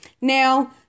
Now